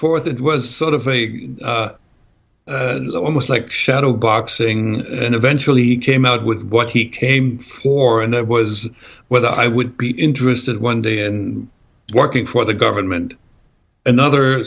forth it was sort of almost like shadow boxing and eventually he came out with what he came for and there was whether i would be interested one day and working for the government another